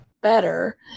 better